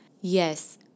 Yes